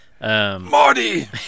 Marty